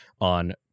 on